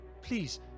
Please